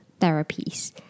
therapies